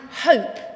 hope